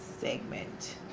segment